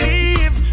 Leave